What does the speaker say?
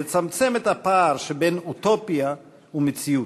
לצמצם את הפער שבין אוטופיה ומציאות.